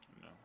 No